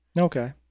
Okay